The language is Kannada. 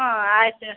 ಹಾಂ ಆಯ್ತು